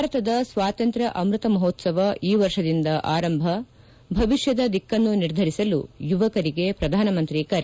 ಭಾರತದ ಸ್ವಾತಂತ್ರ್ ಅಮ್ಬತಮಹೋತ್ಪವ ಈ ವರ್ಷದಿಂದ ಆರಂಭ ಭವಿಷ್ಯದ ದಿಕ್ಕನ್ನು ನಿರ್ಧರಿಸಲು ಯುವಕರಿಗೆ ಪ್ರಧಾನಮಂತ್ರಿ ಕರೆ